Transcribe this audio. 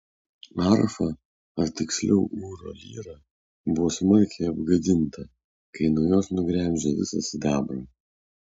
arfa ar tiksliau ūro lyra buvo smarkiai apgadinta kai nuo jos nugremžė visą sidabrą